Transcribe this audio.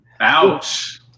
Ouch